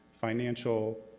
financial